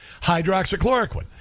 hydroxychloroquine